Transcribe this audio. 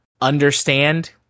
understand